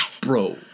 bro